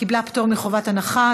קיבלה פטור מחובת הנחה.